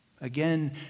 Again